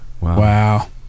Wow